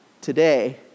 today